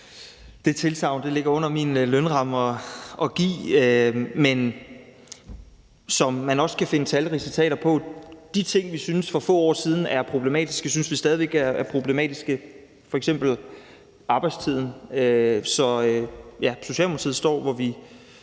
Det tilsagn ligger over min lønramme at give. Som man også kan finde talrige citater om, er det sådan, at de ting, vi for få år siden syntes var problematiske, synes vi stadig væk er problematiske, f.eks. arbejdstiden. Så ja, Socialdemokratiet står der, hvor vi